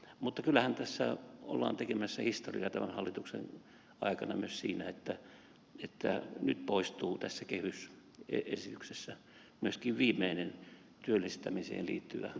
mutta kyllähän tässä ollaan tekemässä historiaa tämän hallituksen aikana myös siinä että nyt poistuu tässä kehysesityksessä viimeinen työllistämiseen liittyvä velvoite